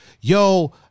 yo